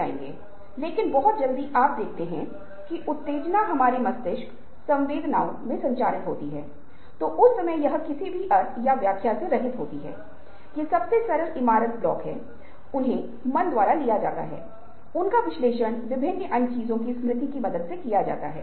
लागू की गई रचनात्मकता नवाचार है और इसे लोकप्रिय रूप से आउट ऑफ बॉक्स थिंकिंग और माइंड मिक्स प्रक्रिया कहा जाता है